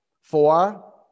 four